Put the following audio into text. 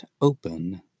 open